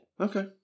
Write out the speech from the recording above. Okay